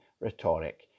rhetoric